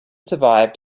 survived